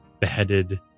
beheaded